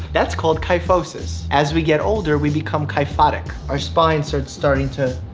that's called kyphosis. as we get older, we become kyphotic. our spine starts starting to